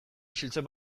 isiltzen